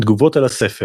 תגובות על הספר